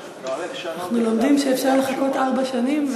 אנחנו לומדים שאפשר לחכות ארבע שנים,